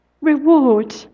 Reward